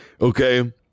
okay